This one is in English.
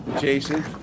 Jason